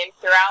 throughout